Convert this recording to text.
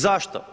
Zašto?